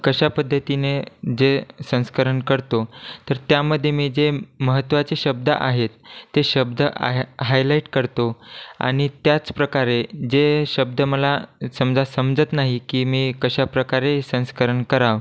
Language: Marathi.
कशा पद्धतीने जे संस्करण करतो तर त्यामध्ये मी जे महत्त्वाचे शब्द आहेत ते शब्द आह हायलाइट करतो आणि त्याचप्रकारे जे शब्द मला समजा समजत नाही की मी कशाप्रकारे संस्करण करावं